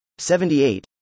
78